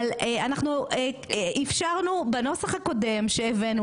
אבל אנחנו אפשרנו בנוסח הקודם שהבאנו